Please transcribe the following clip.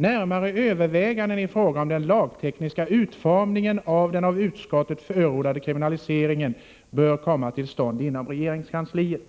——— Närmare överväganden i fråga om den lagtekniska utformningen av den av utskottet förordade kriminaliseringen bör komma till stånd inom regeringskansliet.”